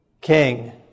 king